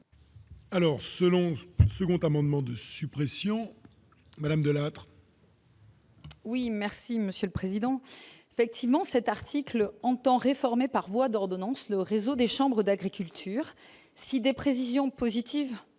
Alors selon second amendement de suppression madame Delattre. Oui, merci Monsieur le Président, effectivement cet article entend réformer par voie d'ordonnance, le réseau des chambres d'agriculture, si des précisions positive